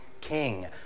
king